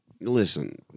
Listen